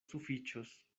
sufiĉos